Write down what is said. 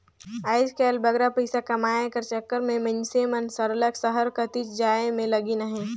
आएज काएल बगरा पइसा कमाए कर चक्कर में मइनसे मन सरलग सहर कतिच जाए में लगिन अहें